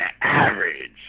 average